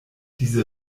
diese